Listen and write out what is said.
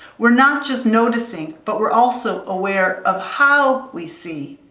we're not just noticing, but we're also aware of how we see,